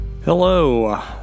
Hello